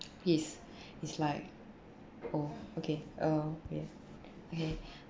is is like oh okay uh okay okay